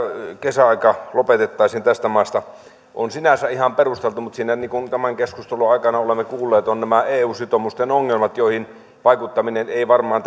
kesäaika lopetettaisiin tästä maasta on sinänsä ihan perusteltu mutta niin kuin tämän keskustelun aikana olemme kuulleet siinä ovat nämä eu sitoumusten ongelmat joihin vaikuttaminen ei varmaan